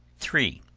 three.